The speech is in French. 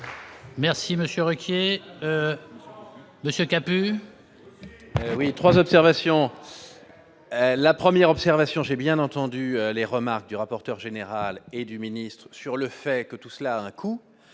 Merci Monsieur Ruquier monsieur. Oui, 3 observations : la première observation, j'ai bien entendu les remarques du rapporteur général et du ministre sur le fait que tout cela a un coût,